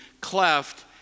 cleft